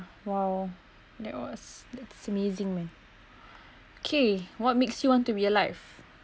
while that was that's amazing man k what makes you want to be alive